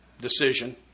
decision